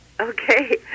Okay